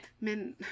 men